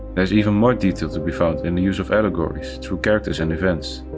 is even more detail to be found in the use of allegories through characters and events,